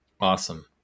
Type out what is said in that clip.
Awesome